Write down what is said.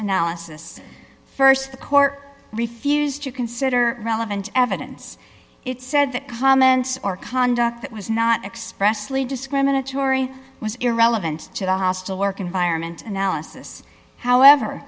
analysis st the court refused to consider relevant evidence it said that comments or conduct that was not expressly discriminatory was irrelevant to the hostile work environment analysis however